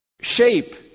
shape